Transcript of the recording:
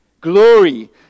glory